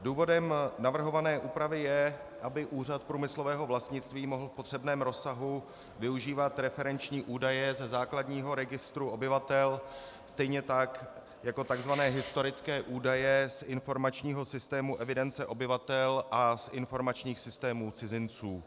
Důvodem navrhované úpravy je, aby Úřad průmyslového vlastnictví mohl v potřebném rozsahu využívat referenční údaje ze základního registru obyvatel stejně tak jako historické údaje z informačního systému evidence obyvatel a z informačních systémů cizinců.